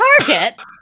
Target